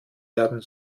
werden